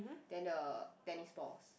then a tennis balls